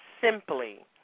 simply